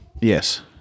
yes